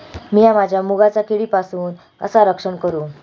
मीया माझ्या मुगाचा किडीपासून कसा रक्षण करू?